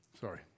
Sorry